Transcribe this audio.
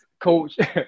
Coach